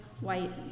white